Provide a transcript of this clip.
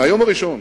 מהיום הראשון,